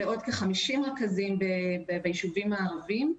ועוד כ-50 רכזים בישובים הערביים.